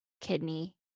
kidney